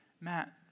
Matt